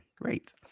great